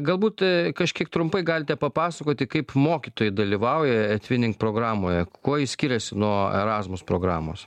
galbūt kažkiek trumpai galite papasakoti kaip mokytojai dalyvauja etvinink programoje kuo ji skiriasi nuo erasmus programos